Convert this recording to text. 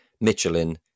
Michelin